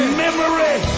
memory